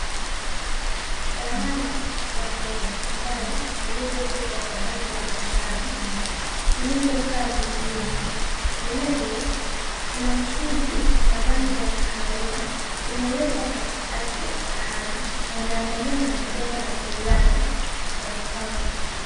Sahani ya viazi karai vilivyopikwa kwa rangi ya manjano, vilivyokaa vizuri. Vilevile kuna mchuzi wa rangi ya kahawia, umewekwa katikati ya sahani na umeandaliwa na majani ya korianda kwa mapambo.